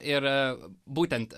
ir a būtent